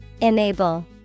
Enable